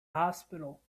hospital